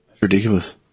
ridiculous